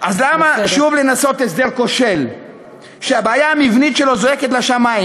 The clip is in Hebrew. אז למה שוב לנסות הסדר כושל שהבעיה המבנית שלו זועקת לשמים?